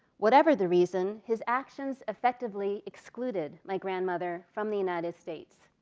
whatever the reason, his actions affectively excluded my grandmother from the united states.